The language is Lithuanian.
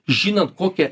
žinant kokią